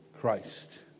Christ